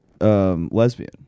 lesbian